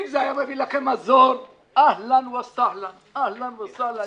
אם זה היה מביא לכם מזור, אהלן וסהלן, אהלן וסהלן.